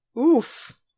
Oof